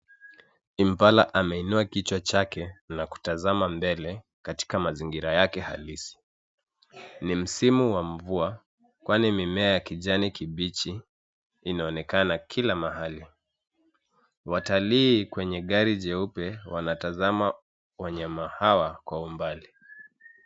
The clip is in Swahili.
Impala ameinua kichwa chake na kutazama mbele katika mazingira yake halisi. Ni msimu wa mvua kwani mimea ya kijani kibichi inaonekana kila mahali. Watalii kwenye gari jeupe wanatazama wanyama hawa kwa umbali.